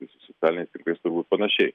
tai su socialiniais tinklais turbūt panašiai